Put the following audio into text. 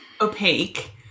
opaque